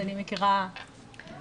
אז אני מכירה את שני הצדדים.